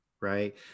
right